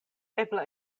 eble